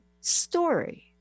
story